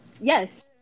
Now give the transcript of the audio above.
Yes